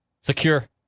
Secure